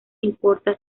importa